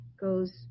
goes